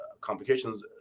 complications